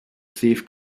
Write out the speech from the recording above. thief